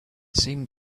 seemed